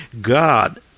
God